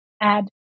add